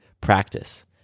practice